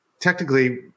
technically